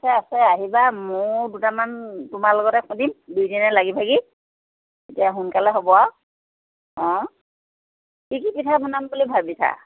আছে আছে আহিবা মোৰ দুটামান তোমাৰ লগতেই খুন্দিম দুইজনীয়ে লাগি ভাগি তেতিয়া সোনকালে হ'ব আৰু অঁ কি কি পিঠা বনাম বুলি ভাবিছা